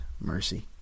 mercy